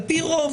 על פי רוב,